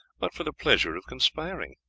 but for the pleasure of conspiring.